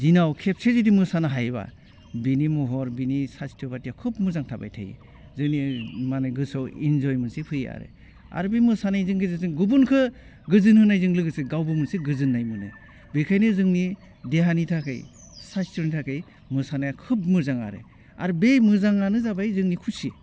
दिनाव खेबसे जुदि मोसानो हायोबा बिनि महर बिनि साइस्थ' बायदिया खोब मोजां थाबाय थायो जोंनि मानि गोसोयाव इनजय मोनसे फैयो आरो बे मोसानायजों गेजेरजों गुबुनखौ गोजोन होनायजों लोगोसे गावबो मोनसे गोजोन्नाय मोनो बेखायनो जोंनि देहानि थाखाय साइस्थ'नि थाखाय मोसानाय खोब मोजां आरो आरो बे मोजाङानो जाबाय जोंनि खुसि